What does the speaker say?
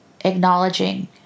acknowledging